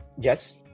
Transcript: Yes